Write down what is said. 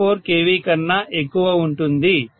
4 KV కన్నా ఎక్కువ ఉంటుంది